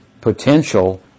potential